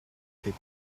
fait